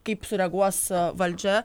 kaip sureaguos valdžia